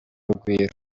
urugwiro